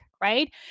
right